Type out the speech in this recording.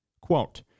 Quote